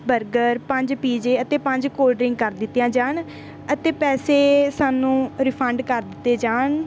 burger ਪੰਜ ਪੀਜ਼ੇ ਅਤੇ ਪੰਜ ਕੋਲਡ ਡਰਿੰਕ ਕਰ ਦਿੱਤੀਆਂ ਜਾਣ ਅਤੇ ਪੈਸੇ ਸਾਨੂੰ ਰਿਫੰਡ ਕਰ ਦਿੱਤੇ ਜਾਣ